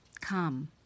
Come